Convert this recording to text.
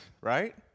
right